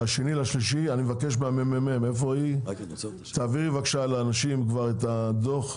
אני מבקש מנציגת מרכז המחקר והמידע להעביר לאנשים את הדוח,